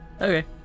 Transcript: okay